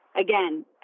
Again